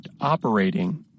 operating